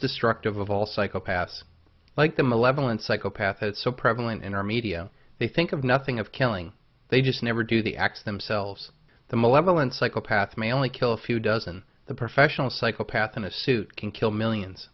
destructive of all psychopaths like the malevolent psychopath it's so prevalent in our media they think of nothing of killing they just never do the acts themselves the malevolent psychopaths may only kill a few dozen the professional psychopaths in a suit can kill millions